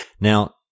Now